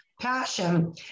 passion